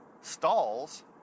stalls